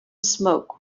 smoke